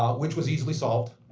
um which was easily solved.